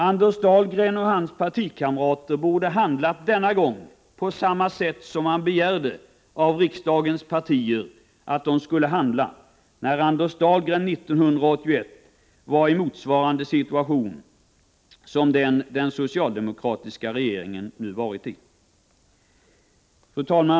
Anders Dahlgren och hans partikamrater borde denna gång ha handlat på samma sätt som de begärde att riksdagens partier skulle handla när Anders Dahlgren och hans parti år 1981 var i samma situation som den socialdemokratiska regeringen nu har varit i. Fru talman!